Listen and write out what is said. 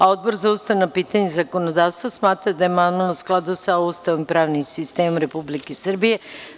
Odbor za ustavna pitanja i zakonodavstvo smatra da je amandman u skladu sa Ustavom i pravnim sistemom Republike Srbije.